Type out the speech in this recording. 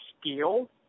scale